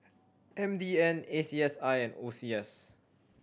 M D N A C S I and O C S